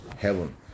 heaven